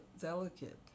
delicate